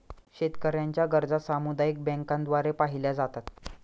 शेतकऱ्यांच्या गरजा सामुदायिक बँकांद्वारे पाहिल्या जातात